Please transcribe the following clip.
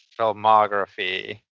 filmography